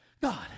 God